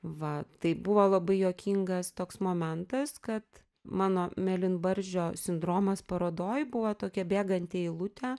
va tai buvo labai juokingas toks momentas kad mano mėlynbarzdžio sindromas parodoj buvo tokia bėganti eilutė